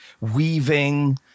weaving